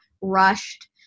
rushed